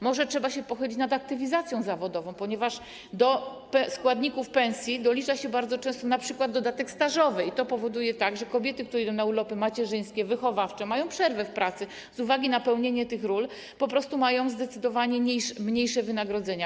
Może trzeba się pochylić nad aktywizacją zawodową, ponieważ do składników pensji dolicza się bardzo często np. dodatek stażowy i to powoduje, że kobiety, które idą na urlopy macierzyńskie, wychowawcze, mają przerwę w pracy z uwagi na pełnienie tych ról i po prostu mają zdecydowanie mniejsze wynagrodzenia.